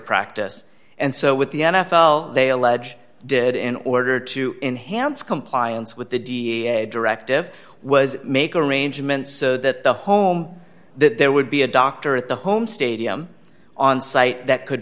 practice and so with the n f l they allege did it in order to enhance compliance with the da directive was make arrangements so that the home that there would be a doctor at the home stadium on site that could